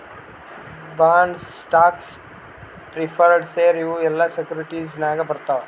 bonds, stocks, preferred share ಇವು ಎಲ್ಲಾ securities ನಾಗೆ ಬರ್ತಾವ್